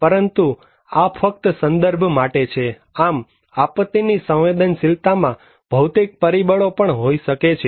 પરંતુ આ ફક્ત સંદર્ભ માટે છે આમ આપત્તિની સંવેદનશીલતામાં ભૌતિક પરિબળો પણ હોઈ શકે છે